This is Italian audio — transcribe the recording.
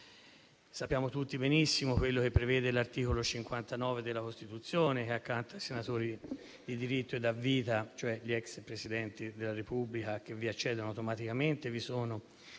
Sappiamo tutti benissimo quello che prevede l'articolo 59 della Costituzione, che accanto ai senatori di diritto e a vita, cioè gli ex Presidenti della Repubblica, che vi accedono automaticamente, vi sono i senatori